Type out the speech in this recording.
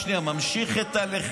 למה לא גינית את זה?